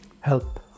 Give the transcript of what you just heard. help